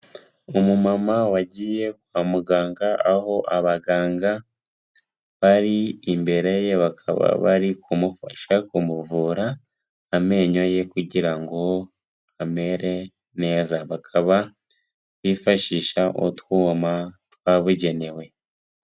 Umumama wagiye kwa muganga, aho abaganga bari imbere ye, bakaba bari kumufasha kumuvura amenyo ye, kugira ngo amere neza bakaba bifashisha utwuma twabugenewe.